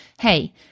hey